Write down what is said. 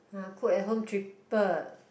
[huh] cook at home cheaper